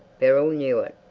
beryl knew it.